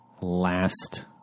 last